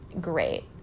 great